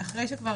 אחרי שכבר